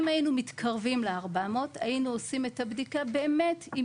אם היינו מתקרבים ל-400 היינו עושים את הבדיקה באמת אם